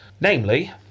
Namely